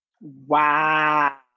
Wow